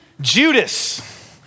Judas